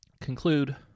Conclude